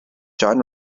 john